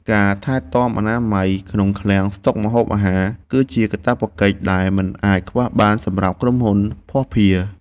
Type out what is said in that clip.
ការថែទាំអនាម័យក្នុងឃ្លាំងស្តុកម្ហូបអាហារ គឺជាកាតព្វកិច្ចដែលមិនអាចខ្វះបានសម្រាប់ក្រុមហ៊ុនភស្តុភារ។